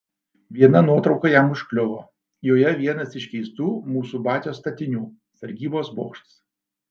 viena nuotrauka jam užkliuvo joje vienas iš keistų mūsų batios statinių sargybos bokštas